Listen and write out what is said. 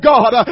God